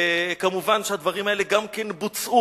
כמובן, הדברים האלה גם בוצעו.